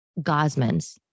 Gosman's